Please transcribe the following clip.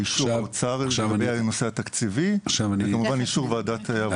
באישור האוצר לגבי הנושא התקציבי וכמובן אישור ועדת העבודה.